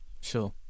sure